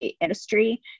industry